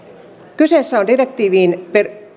kyseessä on direktiiviin